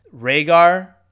Rhaegar